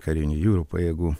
karinių jūrų pajėgų